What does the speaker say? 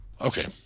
okay